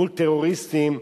מול טרוריסטים,